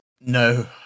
no